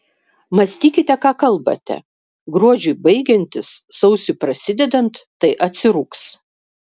mąstykite ką kalbate gruodžiui baigiantis sausiui prasidedant tai atsirūgs